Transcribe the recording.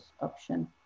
option